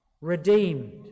redeemed